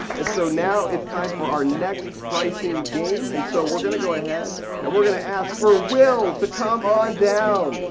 and so now it's time for our next pricing game. and so we're going to go ahead and we're going to ask for will to come on down.